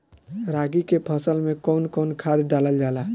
रागी के फसल मे कउन कउन खाद डालल जाला?